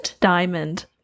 diamond